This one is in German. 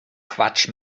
quatsch